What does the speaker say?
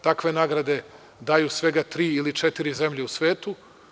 Takve nagrade daju svega tri ili četiri zemlje u svetu.